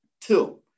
Two